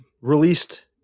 released